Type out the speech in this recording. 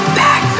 back